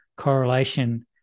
Correlation